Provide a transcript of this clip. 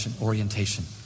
orientation